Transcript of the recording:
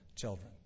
children